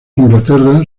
inglaterra